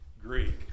Greek